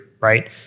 right